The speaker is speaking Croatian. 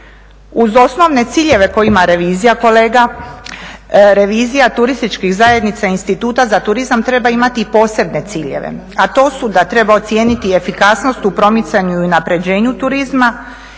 Uz osnovne ciljevi koje ima revizija kolega, revizija turističkih zajednica Instituta za turizam treba imati i posebne ciljeve, a to su da treba ocijeniti efikasnost u promicanju i unaprjeđenju turizma